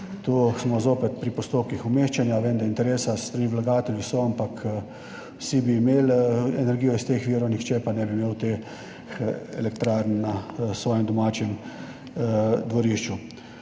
Tu smo spet pri postopkih umeščanja. Vem, da so interesi s strani vlagateljev, ampak vsi bi imeli energijo iz teh virov, nihče pa ne bi imel teh elektrarn na svojem domačem dvorišču.